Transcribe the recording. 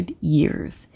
years